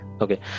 Okay